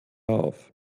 auf